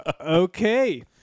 Okay